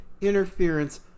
interference